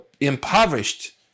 impoverished